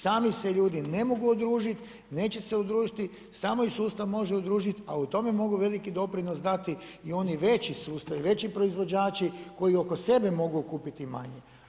Sami se ljudi ne mogu udružiti, neće se udružiti, samo ih sustav može udružiti, a u tome mogu veliki doprinos dati i oni veći sustavi, veći proizvođači koji oko sebe mogu okupiti manje.